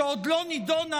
שעוד לא נדונה,